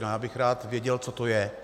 Já bych rád věděl, co to je.